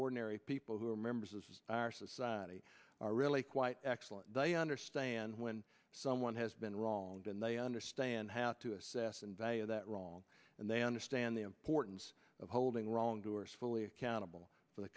ordinary people who are members of our society are really quite excellent they understand when someone has been wronged and they understand how to assess and value that wrong and they understand the importance of holding wrongdoers fully accountable for the